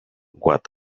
what